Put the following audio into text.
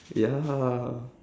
ya